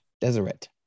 Deseret